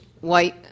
white